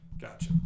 Gotcha